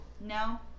No